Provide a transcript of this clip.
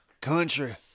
country